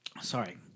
Sorry